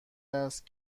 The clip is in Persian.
است